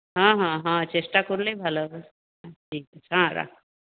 হ্যাঁ হ্যাঁ হ্যাঁ চেষ্টা করলেই ভালো হবে ঠিক হ্যাঁ রাখ